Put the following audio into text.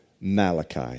Malachi